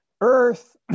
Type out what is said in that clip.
Earth